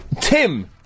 Tim